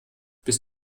bist